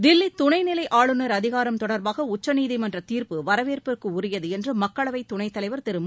தில்லி துணைநிலை ஆளுநர் அதிகாரம் தொடர்பாக உச்சநீதிமன்றத் தீர்ப்பு வரவேற்புக்கு உரியது என்று மக்களவை குணைத் தலைவர் திரு மு